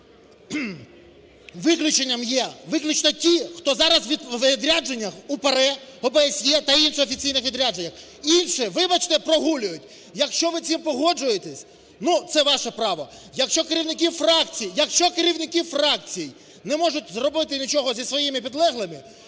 Виключенням є виключно ті, хто зараз у відрядженнях у ПАРЄ, ОБСЄ та інших офіційних відрядженнях. Інші, вибачте, прогулюють. Якщо ви з цим погоджуєтесь, ну, це ваше право. Якщо керівники фракцій… Якщо керівники фракцій не можуть зробити нічого зі своїми підлеглими,